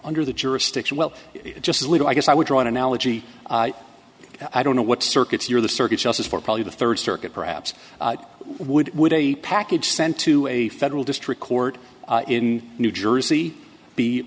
under the jurisdiction well it's just a little i guess i would draw an analogy i don't know what circuits you're the circuit justice for probably the third circuit perhaps would would a package sent to a federal district court in new jersey be